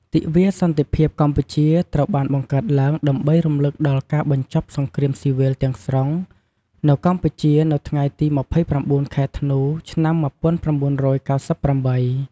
ទិវាសន្តិភាពកម្ពុជា ត្រូវបានបង្កើតឡើងដើម្បីរំលឹកដល់ការបញ្ចប់សង្គ្រាមស៊ីវិលទាំងស្រុងនៅកម្ពុជានៅថ្ងៃទី ២៩ ខែធ្នូ ឆ្នាំ ១៩៩៨។